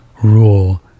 rule